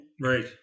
right